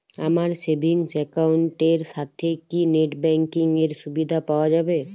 আমার savings account এর সাথে কি নেটব্যাঙ্কিং এর সুবিধা পাওয়া যাবে?